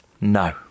No